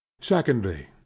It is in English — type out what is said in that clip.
secondly